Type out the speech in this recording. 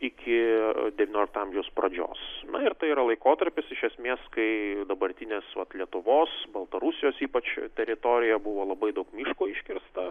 iki devyniolikto amžiaus pradžios na ir tai yra laikotarpis iš esmės kai dabartinės vat lietuvos baltarusijos ypač teritorija buvo labai daug miško iškirsta